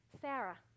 Sarah